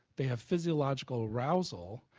they have physiological acerousal,